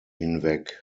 hinweg